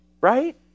Right